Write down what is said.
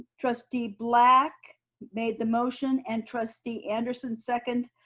trustee black made the motion and trustee anderson second,